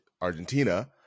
Argentina